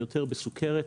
יותר בסוכרת,